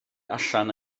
allan